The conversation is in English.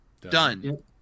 Done